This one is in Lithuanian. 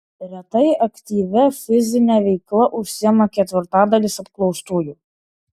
retai aktyvia fizine veikla užsiima ketvirtadalis apklaustųjų